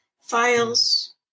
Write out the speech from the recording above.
files